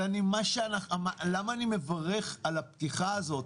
אבל למה אני מברך על הפתיחה הזאת?